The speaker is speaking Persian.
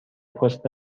پست